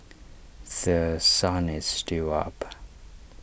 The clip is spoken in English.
The Sun is still up